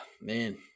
man